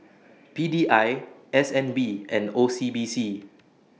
P D I S N B and O C B C